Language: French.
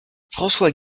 françois